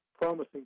promising